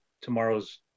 tomorrow's